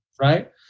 right